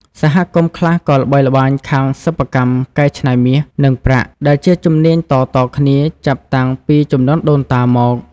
សហគមន៍ខ្លះក៏ល្បីល្បាញខាងសិប្បកម្មកែច្នៃមាស និងប្រាក់ ដែលជាជំនាញតៗគ្នាចាប់តាំងពីជំនាន់ដូនតាមក។